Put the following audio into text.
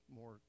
more